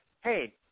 hey